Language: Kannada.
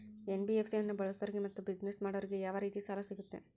ಎನ್.ಬಿ.ಎಫ್.ಸಿ ಅನ್ನು ಬಳಸೋರಿಗೆ ಮತ್ತೆ ಬಿಸಿನೆಸ್ ಮಾಡೋರಿಗೆ ಯಾವ ರೇತಿ ಸಾಲ ಸಿಗುತ್ತೆ?